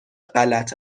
غلط